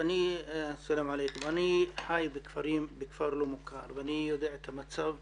אני חי בכפר לא מוכר ואני יודע את המצב